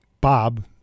Bob